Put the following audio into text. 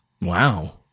Wow